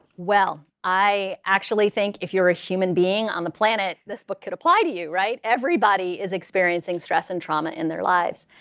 well, i actually think if you're a human being on the planet, this book could apply to you, right? everybody is experiencing stress and trauma in their lives.